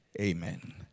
Amen